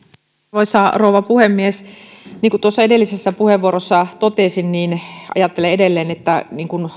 arvoisa rouva puhemies tuossa edellisessä puheenvuorossani totesin ja ajattelen edelleen että